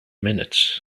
minutes